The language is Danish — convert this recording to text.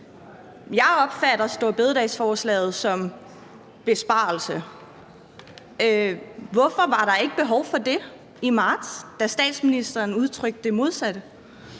Jeg opfatter store bededagsforslaget som en besparelse. Hvorfor var der ikke behov for det i marts, da statsministeren udtrykte det modsatte?